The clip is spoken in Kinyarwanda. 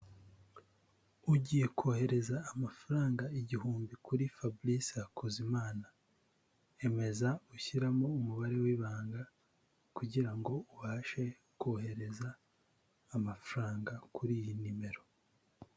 Ugiye kohereza amafaranga igihumbi kuri Fabrice Hakuzimana, emeza ushyiramo umubare wibanga, kugira ngo ubashe kohereza amafaranga kuri iyi nimero.